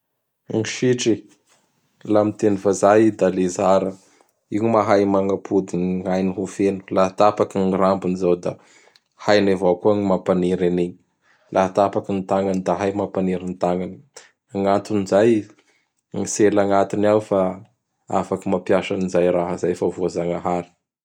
Gny Sitry, laha amin'ny teny vazaha i da Lezard. Io mahay magnapody gn' ainy ho feno. Laha tapaky gn rambony izao da hainy avao koa ny mampaniry anigny. Laha tapaky ny tañany da hainy ny mampaniry ny tagnany. Gny aton'izay, gny tsela agnatiny fa afaky mampiasa an'izay raha zay fa voa-Jagnahary.